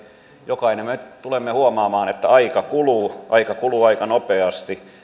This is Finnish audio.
jokainen tulemme huomaamaan että aika kuluu aika kuluu aika nopeasti